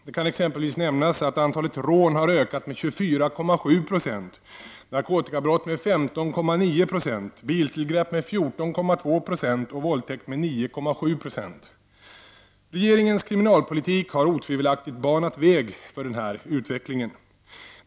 Det kan exempelvis nämnas att antalet rån har ökat med 24,7 %, narkotikabrott med 15,9 %, biltillgrepp med Regeringens kriminalpolitik har otvivelaktigt banat väg för den här utvecklingen.